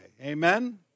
Amen